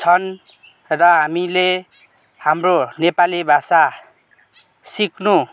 छन् र हामीले हाम्रो नेपाली भाषा सिक्नु